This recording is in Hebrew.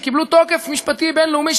שקיבלו תוקף משפטי בין-לאומי,